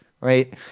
right